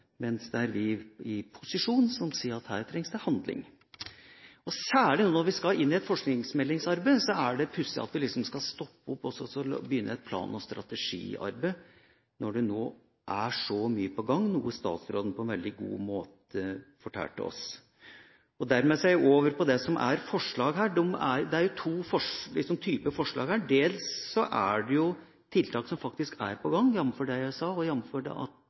mens det er vi i posisjonen som sier at her trengs det handling. Særlig nå når vi skal inn i et forskningsmeldingsarbeid, er det pussig at vi skal stoppe opp og begynne et plan- og strategiarbeid, når det er så mye på gang, noe statsråden på en veldig god måte fortalte oss. Dermed er jeg over på det som er forslag her. Det er to typer forslag. Dels er det tiltak som faktisk er på gang, jf. det jeg sa, og jf. den gjennomgangen statsråden hadde, f.eks. FORNY-programmet og SkatteFUNN-programmet. Og dels er det